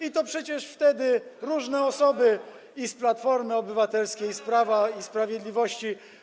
I to przecież wtedy różne osoby i z Platformy Obywatelskiej, i z Prawa i Sprawiedliwości.